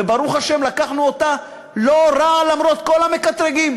וברוך השם, לקחנו אותה לא רע, למרות כל המקטרגים,